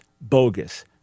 bogus